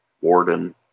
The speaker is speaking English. warden